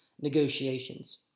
negotiations